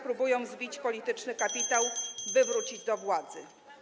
próbują zbić polityczny kapitał, [[Gwar na sali, dzwonek]] by wrócić do władzy.